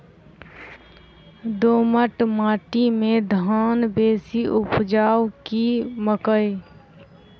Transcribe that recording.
दोमट माटि मे धान बेसी उपजाउ की मकई?